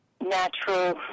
natural